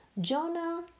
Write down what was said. Jonah